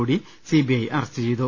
കൂടി C B I arrest ചെയ്തു